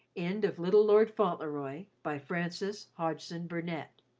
end of little lord fauntleroy by frances hodgson burnett